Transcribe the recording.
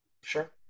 Sure